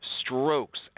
strokes